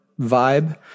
vibe